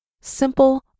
simple